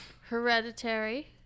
Hereditary